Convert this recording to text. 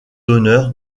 d’honneur